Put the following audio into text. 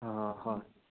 ꯑꯣ ꯍꯣꯏ